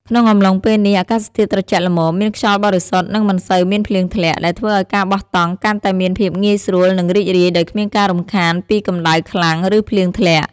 ក្នុងអំឡុងពេលនេះ អាកាសធាតុត្រជាក់ល្មម មានខ្យល់បរិសុទ្ធ និងមិនសូវមានភ្លៀងធ្លាក់ ដែលធ្វើឲ្យការបោះតង់កាន់តែមានភាពងាយស្រួល និងរីករាយ ដោយគ្មានការរំខានពីកម្ដៅខ្លាំង ឬភ្លៀងធ្លាក់។